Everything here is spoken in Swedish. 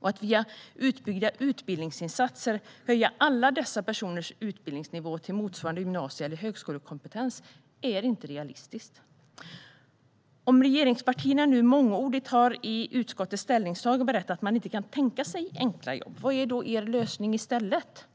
Att via utbyggda utbildningsinsatser höja alla dessa personers utbildningsnivå till motsvarande gymnasie eller högskolekompetens är inte realistiskt. Regeringspartierna har mångordigt i utskottets ställningstagande berättat att man inte kan tänka sig enkla jobb. Vad är då er lösning i stället?